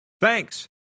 Thanks